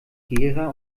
gera